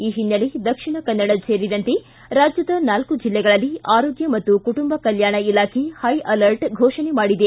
ಈ ಹಿನ್ನೆಲೆ ದಕ್ಷಿಣ ಕನ್ನಡ ಸೇರಿದಂತೆ ರಾಜ್ಯದ ನಾಲ್ಕು ಜಿಲ್ಲೆಗಳಲ್ಲಿ ಆರೋಗ್ಕ ಮತ್ತು ಕುಟುಂಬ ಕಲ್ಕಾಣ ಇಲಾಖೆ ಹೈ ಅಲರ್ಟ್ ಘೋಷಣೆ ಮಾಡಿದೆ